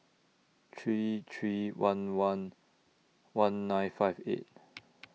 three three one one one nine five eight